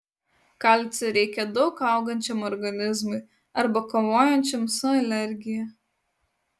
kalcio reikia daug augančiam organizmui arba kovojančiam su alergija